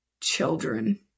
children